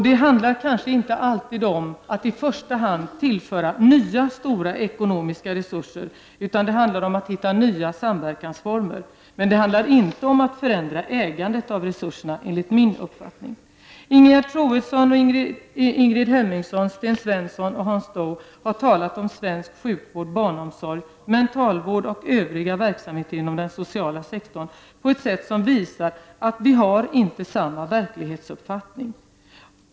Det handlar kanske inte alltid om att i första hand tillföra nya stora ekonomiska resurser, utan det handlar om att hitta nya samverkansformer. Men det handlar inte om att förändra ägandet av resurserna, enligt min uppfattning. Ingegerd Troedsson, Ingrid Hemmingsson, Sten Svensson och Hans Dau har talat om svensk sjukvård, barnomsorg, mentalvård och övriga verksamheter inom den sociala sektorn på ett sätt som visar att vi inte har samma verklighetsuppfattning.